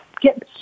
Get